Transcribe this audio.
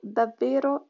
davvero